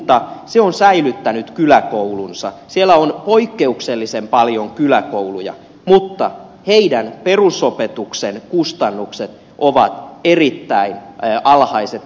se on säilyttänyt kyläkoulunsa siellä on poikkeuksellisen paljon kyläkouluja mutta heidän perusopetuksen kustannuksensa ovat erittäin alhaiset